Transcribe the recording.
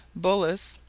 bullace,